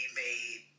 made